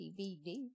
DVD